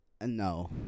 no